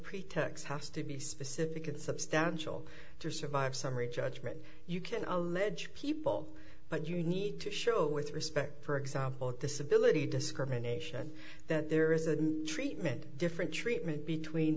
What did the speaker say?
pretexts has to be specific and substantial to survive summary judgment you can all legit people but you need to show with respect for example disability discrimination that there is a treatment different treatment between